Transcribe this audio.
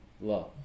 love